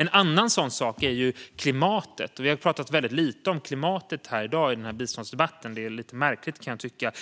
En annan sådan sak är klimatet. Vi har pratat väldigt lite om klimatet i dag i denna biståndsdebatt. Det är lite märkligt, kan jag tycka.